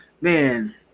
Man